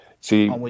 See